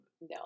No